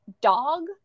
dog